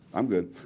i'm good.